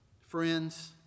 friends